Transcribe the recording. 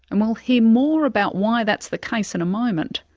and we'll hear more about why that's the case in a moment.